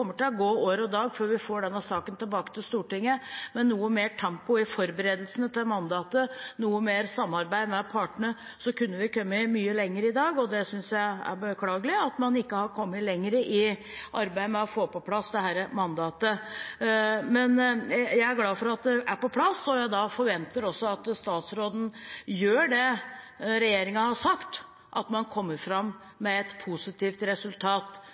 til å gå år og dag før vi får denne saken tilbake til Stortinget. Med noe mer tempo i forberedelsene til mandatet, noe mer samarbeid med partene, kunne vi kommet mye lenger i dag, og jeg synes det er beklagelig at man ikke har kommet lenger i arbeidet med å få på plass dette mandatet. Men jeg er glad for at det er på plass, og jeg forventer også at statsråden gjør det regjeringen har sagt, at man kommer fram med et positivt resultat,